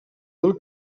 del